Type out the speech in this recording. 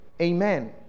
amen